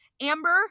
Amber